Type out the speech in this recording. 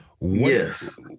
yes